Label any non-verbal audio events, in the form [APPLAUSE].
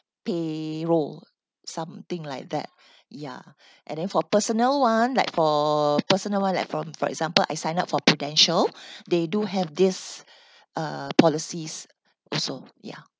payroll something like that [BREATH] ya [BREATH] and then for personal [one] like for personal [one] like from for example I sign up for prudential [BREATH] they do have this uh policies also ya